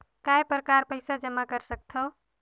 काय प्रकार पईसा जमा कर सकथव?